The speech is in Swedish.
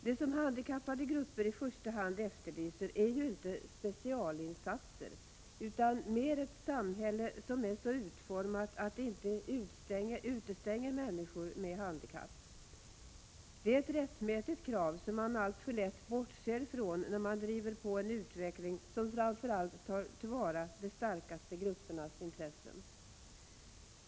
Det som handikappade grupper i första hand efterlyser är ju inte specialinsatser utan mer ett samhälle, som är så utformat att det inte utestänger människor med handikapp. Det är ett rättmätigt krav, som man alltför lätt bortser ifrån när man driver på en utveckling, som framför allt tar till vara de starkaste gruppernas intressen.